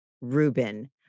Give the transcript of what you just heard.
Rubin